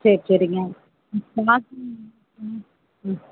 சரி சரிங்க இப்போ தான் ம்